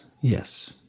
yes